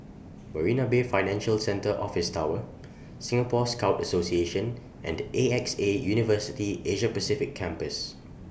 Marina Bay Financial Centre Office Tower Singapore Scout Association and A X A University Asia Pacific Campus